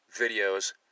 videos